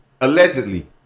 Allegedly